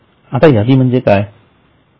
आता यादी म्हणजे आपण काय समजता